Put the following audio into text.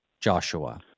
Joshua